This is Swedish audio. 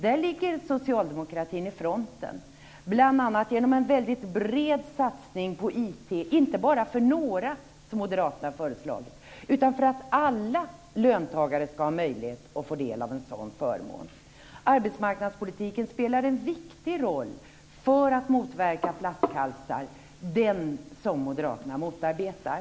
Där ligger socialdemokratin i fronten, bl.a. genom en väldigt bred satsning på IT, inte bara för några, som moderaterna har föreslagit, utan för att alla löntagare ska ha möjlighet att få del av en sådan förmån. Arbetsmarknadspolitiken spelar en viktig roll för att motverka flaskhalsar, den som moderaterna motarbetar.